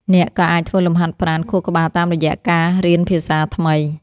អ្នកក៏អាចធ្វើលំហាត់ប្រាណខួរក្បាលតាមរយៈការរៀនភាសាថ្មី។